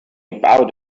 about